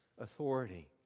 authority